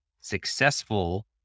successful